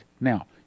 now